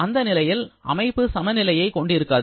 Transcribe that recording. அந்த நிலையில் அமைப்பு சமநிலையை கொண்டிருக்காது